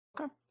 okay